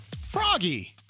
Froggy